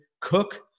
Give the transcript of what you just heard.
Cook